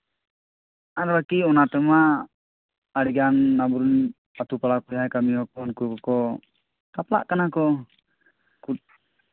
ᱟᱫᱚ ᱠᱤ ᱚᱱᱟ ᱛᱮᱢᱟ ᱟᱹᱰᱤᱜᱟᱱ ᱟᱵᱚ ᱨᱮᱱ ᱟᱛᱳ ᱯᱟᱲᱟ ᱠᱚᱨᱮᱱ ᱡᱟᱦᱟᱸᱭ ᱠᱟᱹᱢᱤ ᱦᱚᱲ ᱠᱚ ᱩᱱᱠᱩ ᱠᱚᱠᱚ ᱯᱷᱟᱠᱟᱜ ᱠᱟᱱᱟ ᱠᱚ